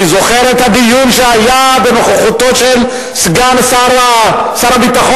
אני זוכר את הדיון שהיה בנוכחותו של סגן שר הביטחון,